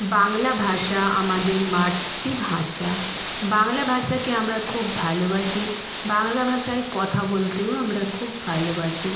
বাংলা ভাষা আমাদের মাতৃভাষা বাংলা ভাষাকে আমরা খুব ভালোবাসি বাংলা ভাষায় কথা বলতেও আমরা খুব ভালোবাসি